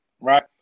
right